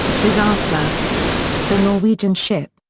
disaster the norwegian ship,